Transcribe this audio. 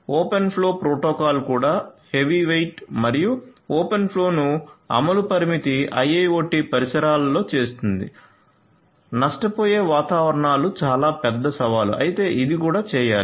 open flow protocol కూడా heavyweight మరియు open ఫ్లోను అమలు పరిమితి IIoT పరిసరాలలోచేస్తుంది నష్టపోయే వాతావరణాలు చాలా పెద్ద సవాలు అయితే ఇది కూడా చేయాలి